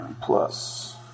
Plus